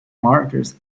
markers